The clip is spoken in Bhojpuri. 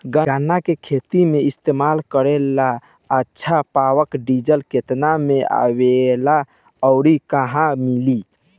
गन्ना के खेत में इस्तेमाल करेला अच्छा पावल वीडर केतना में आवेला अउर कहवा मिली?